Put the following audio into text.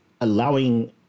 Allowing